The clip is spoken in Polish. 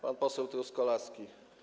Pan poseł Truskolaski.